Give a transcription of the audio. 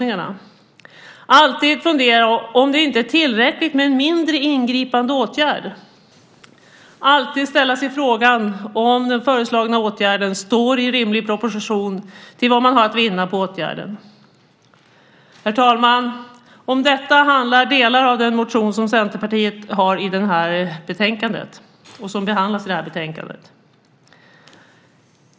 Man måste alltid fundera på om det inte är tillräckligt med en mindre ingripande åtgärd, alltid ställa sig frågan om den föreslagna åtgärden står i rimlig proportion till vad man har att vinna med åtgärden. Herr talman! Om detta handlar delar av Centerpartiets motion som behandlas i detta betänkande.